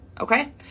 okay